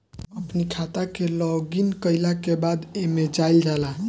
अपनी खाता के लॉगइन कईला के बाद एमे जाइल जाला